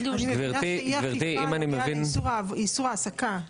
זה נוגע לאישור העסקה,